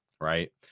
right